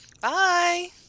Bye